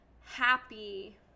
happy